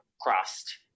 crossed